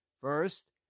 First